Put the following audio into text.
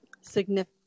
significant